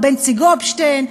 מר בנצי גופשטיין,